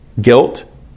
guilt